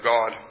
God